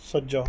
ਸੱਜਾ